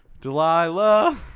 Delilah